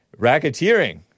Racketeering